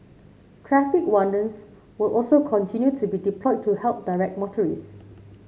traffic wardens will also continue to be deployed to help direct motorist